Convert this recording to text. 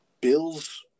Bills